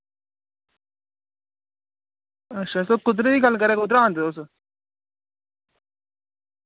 अच्छा तुस कुद्दरे दी गल्ल करा दे कुद्दरा आंदे तुस